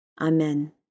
Amen